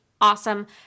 Awesome